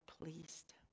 pleased